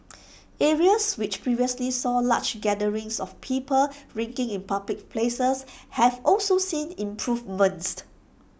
areas which previously saw large gatherings of people drinking in public places have also seen improvements